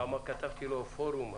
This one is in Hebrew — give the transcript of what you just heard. פעם כתבתי לו "פורום".